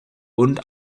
und